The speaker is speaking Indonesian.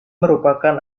merupakan